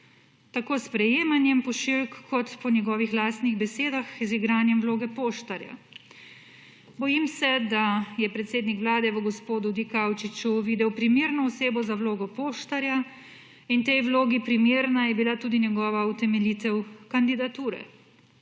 tako s sprejemanjem pošiljk kot po njegovih lastnih besedah z igranjem vloge poštarja. Bojim se, da je predsednik vlade v gospodu Dikaučiču videl primerno osebo za vlogo poštarja in tej vlogi primerna je bila tudi njegova utemeljitev kandidature.